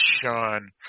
Sean